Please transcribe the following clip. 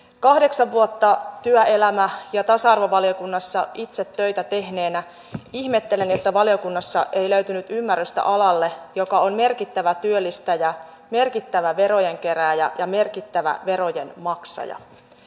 kahdeksan vuotta työelämä ja tasa arvovaliokunnassa itse töitä tehneenä ihmettelen että valiokunnassa ei löytynyt ymmärrystä alalle joka on merkittävä työllistäjä merkittävä verojen kerääjä ja merkittävä verojen maksaja